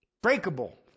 Breakable